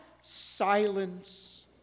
silence